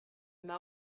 m’as